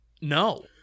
no